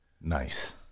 Nice